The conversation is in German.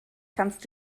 kannst